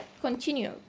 continue